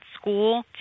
school